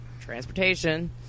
transportation